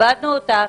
שנפגע מזה,